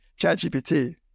ChatGPT